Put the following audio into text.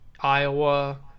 Iowa